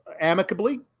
amicably